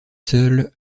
seuls